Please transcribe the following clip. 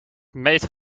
made